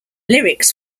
lyrics